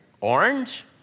Orange